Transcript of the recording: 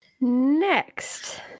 Next